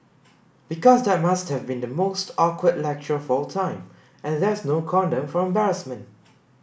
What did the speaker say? because that must have been the most awkward lecture of all time and there's no condom for embarrassment